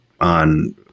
on